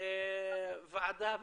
לוועדה בכנסת,